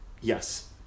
Yes